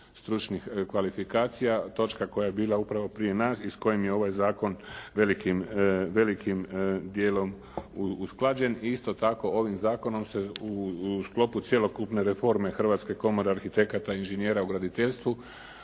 stručnih kvalifikacija. Točka koja je bila upravo prije nas i s kojim je ovaj zakon velikim djelom usklađen. I isto tako ovim zakonom se u sklopu cjelokupne reforme Hrvatske komore arhitekata i inženjera u graditeljstvu